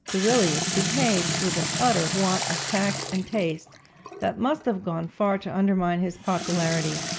duilius behaved with an utter want of tact and taste that must have gone far to undermine his popularity,